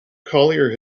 collier